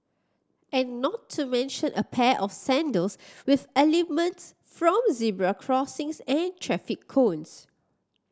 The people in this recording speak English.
and not to mention a pair of sandals with elements from zebra crossings and traffic cones